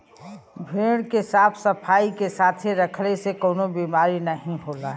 भेड़ के साफ सफाई के साथे रखले से कउनो बिमारी नाहीं होला